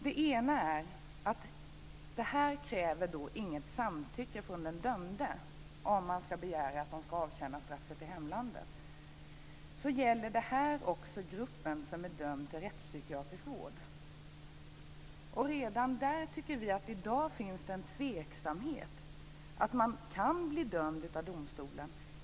Ett skäl är att det inte kräver något samtycke från den dömde om man ska begära att de ska avtjäna straffet i hemlandet. Det här gäller också de personer som är dömda till rättspsykiatrisk vård. Redan där tycker vi att det i dag finns en tveksamhet. Man kan bli dömd av domstolen till utvisning.